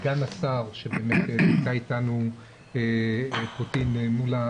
סגן השר שנמצא איתנו פטין מולא,